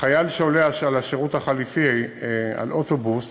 חייל שעולה על השירות החלופי, על אוטובוס,